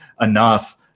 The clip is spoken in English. enough